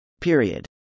Period